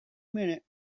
minute